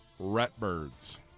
Ratbirds